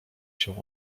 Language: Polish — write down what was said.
się